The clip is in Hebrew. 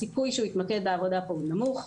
הסיכוי שהוא יתמקד בעבודה פה הוא נמוך.